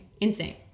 Insane